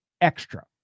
extra